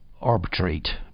arbitrate